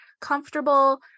comfortable